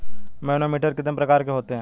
Manometer कितने प्रकार के होते हैं?